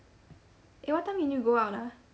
eh what time you need go out ah